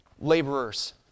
laborers